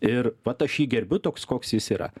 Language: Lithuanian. ir vat aš jį gerbiu toks koks jis yra